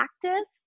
practice